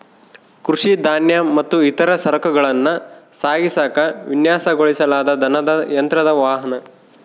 ಕೃಷಿ ಧಾನ್ಯ ಮತ್ತು ಇತರ ಸರಕುಗಳನ್ನ ಸಾಗಿಸಾಕ ವಿನ್ಯಾಸಗೊಳಿಸಲಾದ ದನದ ಯಂತ್ರದ ವಾಹನ